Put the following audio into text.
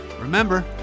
Remember